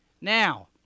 Now